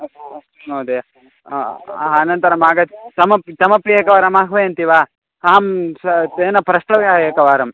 अस् अस्तु महोदया अनन्तरं आगत्य तमपि तमपि एकवारं आह्वयन्ति वा अहं स तेन प्रष्टव्यम् एकवारम्